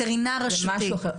בווטרינר רשותי.